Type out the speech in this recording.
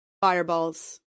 fireballs